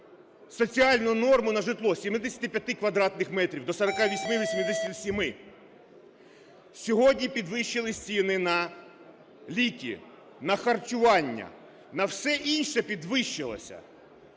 соціальну норму, на житло з 75 квадратних метрів до 48,87. Сьогодні підвищились ціни на ліки, на харчування, на все інше підвищилися.